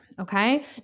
Okay